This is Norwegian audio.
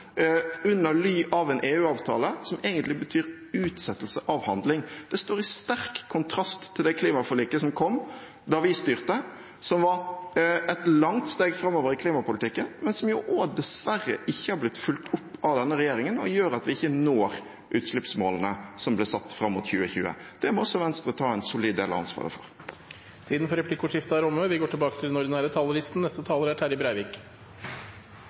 ly av en EU-avtale som egentlig betyr utsettelse av handling. Det står i sterk kontrast til det klimaforliket som kom da vi styrte, som var et langt steg framover i klimapolitikken, men som dessverre ikke har blitt fulgt opp av denne regjeringen, og som gjør at vi ikke når utslippsmålene som ble satt fram mot 2020. Det må også Venstre ta en solid del av ansvaret for. Replikkordskiftet er omme. Når Stortinget i dag reviderer budsjettet for 2018 halvvegs inn i året, og justerer ulike budsjettpostar i samsvar med utviklinga, er